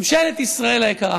ממשלת ישראל היקרה,